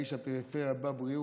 איש הפריפריה בבריאות,